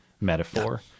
metaphor